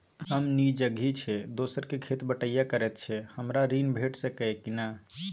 हम निजगही छी, दोसर के खेत बटईया करैत छी, हमरा ऋण भेट सकै ये कि नय?